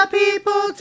people